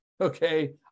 okay